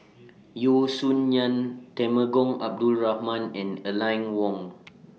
Yeo Song Nian Temenggong Abdul Rahman and Aline Wong